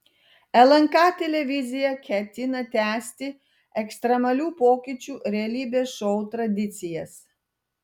lnk televizija ketina tęsti ekstremalių pokyčių realybės šou tradicijas